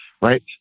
right